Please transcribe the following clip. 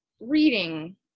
reading